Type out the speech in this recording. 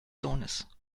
sohnes